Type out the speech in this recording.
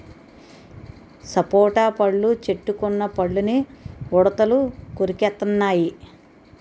సపోటా పళ్ళు చెట్టుకున్న పళ్ళని ఉడతలు కొరికెత్తెన్నయి